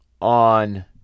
On